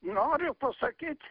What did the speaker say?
noriu pasakyt